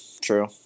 True